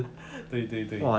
对对对